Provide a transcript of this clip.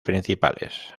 principales